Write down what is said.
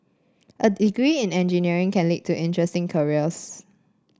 a degree in engineering can lead to interesting careers